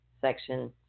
Section